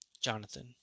Jonathan